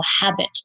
habit